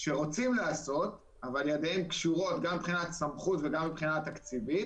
שרוצים לעשות אבל ידיהם קשורות גם מבחינת סמכות וגם מבחינה תקציבית